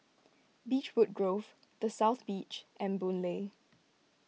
Beechwood Grove the South Beach and Boon Lay